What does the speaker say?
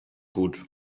gut